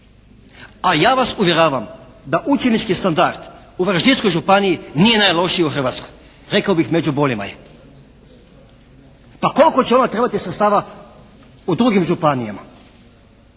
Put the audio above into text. A ja vas uvjeravam da učenički standard u Varaždinskoj županiji nije najlošiji u Hrvatskoj. Rekao bih među boljima je. Pa koliko će nama trebati sredstava u drugim županijama?